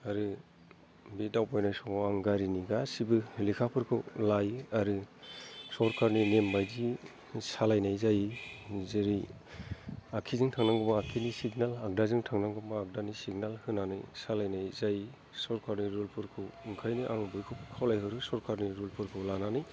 आरो बे दावबायनाय समाव आं गारिनि गासैबो लेखाफोरखौ लायो आरो सरकारनि नेम बायदियै सालायनाय जायो जेरै आग्सिजों थांनांगौबा आग्सिनि सिगनाल आरो आग्दाजों थांनांगौबा आग्दानि सिगनाल होनानै सालायनाय जायो सरकारनि रुलफोरखौ ओंखायनो आं बयखौबो खावलायहरो सरकारनि रुलफोरखौ लानानै